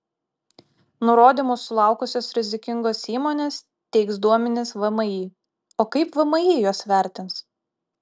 nurodymų sulaukusios rizikingos įmonės teiks duomenis vmi o kaip vmi juos vertins